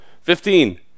Fifteen